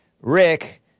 Rick